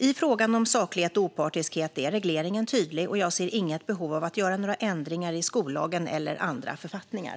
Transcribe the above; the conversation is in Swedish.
I fråga om saklighet och opartiskhet är regleringen tydlig, och jag ser inget behov av att göra några ändringar i skollagen eller andra författningar.